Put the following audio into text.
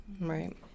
Right